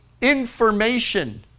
information